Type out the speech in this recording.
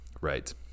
right